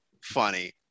funny